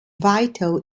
vital